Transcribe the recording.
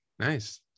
Nice